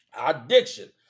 addiction